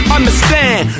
Understand